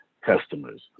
customers